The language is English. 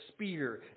spear